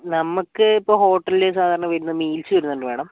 നമുക്ക് ഇപ്പോൾ ഹോട്ടലിൽ സാധാരണ വരുന്ന മീൽസ് വരുന്നുണ്ട് മേഡം